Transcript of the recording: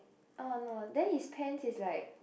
oh no then his pants is like